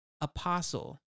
apostle